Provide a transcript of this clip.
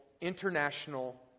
international